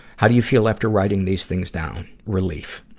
how do you feel after writing these things down? relief.